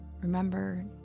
Remember